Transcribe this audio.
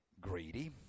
Greedy